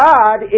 God